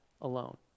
alone